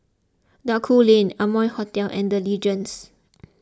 Duku Lane Amoy Hotel and the Legends